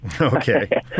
okay